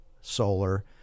solar